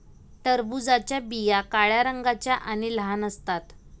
टरबूजाच्या बिया काळ्या रंगाच्या आणि लहान असतात